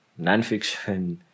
nonfiction